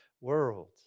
world